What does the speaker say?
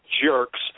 jerks